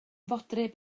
fodryb